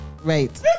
right